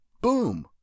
Boom